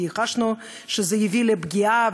כי חשנו שזה יביא לפגיעה,